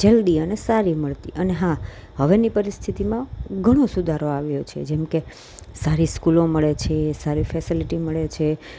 જલદી અને સારી મળતી અને હા હવેની પરિસ્થિતિમાં ઘણો સુધારો આવ્યો છે જેમકે સારી સ્કૂલો મળે છે સારી ફેસીલિટી મળે છે